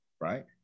Right